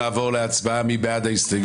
נצביע על הסתייגות 243. מי בעד?